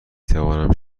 توانم